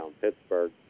Pittsburgh